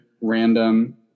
random